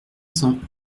cents